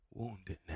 woundedness